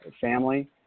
family